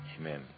amen